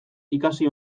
ikasi